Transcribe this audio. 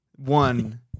One